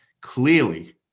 clearly